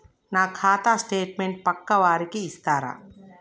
నా ఖాతా స్టేట్మెంట్ పక్కా వారికి ఇస్తరా?